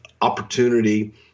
opportunity